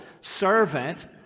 servant